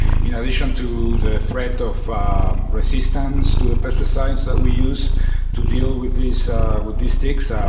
you know addition to the threat of resistance to the pesticides that we use to deal with these with these ticks